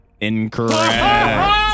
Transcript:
incorrect